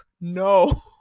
no